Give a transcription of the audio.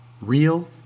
Real